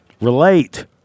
relate